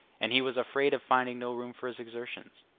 and he was afraid of finding no room for his exertions.